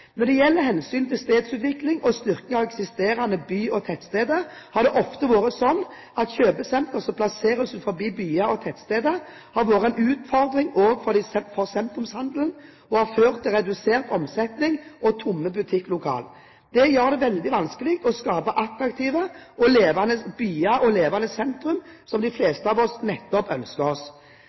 Når det gjelder hensynet til stedsutvikling og styrking av eksisterende by- og tettsteder, har det ofte vært sånn at kjøpesentre plassert utenfor byer og tettsteder har vært en utfordring også for sentrumshandelen og har ført til redusert omsetning og tomme butikklokaler. Det gjør det veldig vanskelig å skape attraktive og levende byer og sentrum, noe de fleste av oss nettopp ønsker oss.